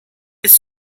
bis